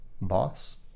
Boss